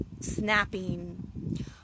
snapping